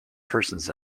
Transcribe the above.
persons